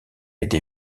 été